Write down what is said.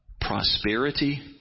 prosperity